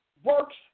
works